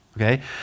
Okay